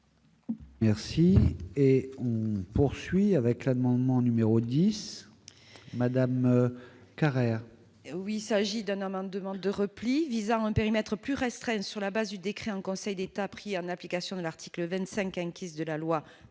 Merci et poursuit avec la demande mon numéro 10 Madame Carrère. Eh oui, il s'agit d'un amendement de repli, Yves Izard un périmètre plus restreint sur la base du décret en Conseil d'État a pris en application de l'article 25 à une caisse de la loi de